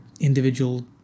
individual